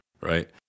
right